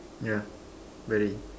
yeah very